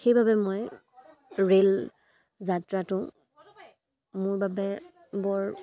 সেইবাবে মই ৰে'ল যাত্ৰাটো মোৰ বাবে বৰ